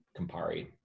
Campari